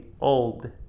old